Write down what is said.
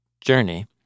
journey